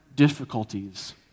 difficulties